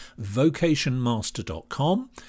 vocationmaster.com